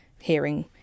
hearing